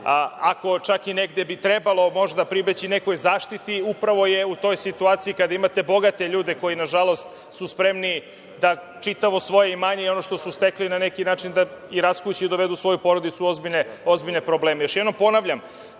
Ako bi čak i negde trebalo pribeći nekoj zaštiti, upravo je u toj situaciji kada imate bogate ljude koji su, na žalost, spremni da čitavo svoje imanje i ono što su stekli, na neki način, raskuće i dovedu svoju porodicu u ozbiljne probleme. Još jednom ponavljam,